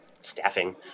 staffing